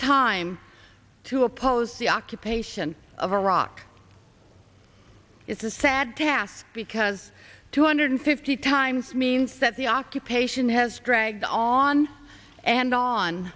time to oppose the occupation of iraq is a sad task because two hundred fifty times means that the occupation has dragged on and on